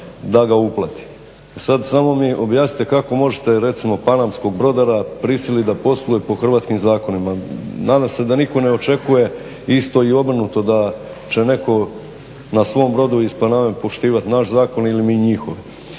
da ga uplati. E sad samo mi objasnite kako možete recimo panamskog brodara prisilit da posluje po hrvatskim zakonima. Nadam se da nitko ne očekuje isto i obrnuto, da će netko na svom brodu iz Paname poštivat naš zakon ili mi njihov.